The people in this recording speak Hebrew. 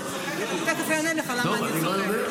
אבל --- תכף אני אענה לך למה אני צוחקת.